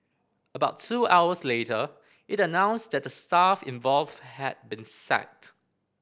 about two hours later it announced that the staff involved had been sacked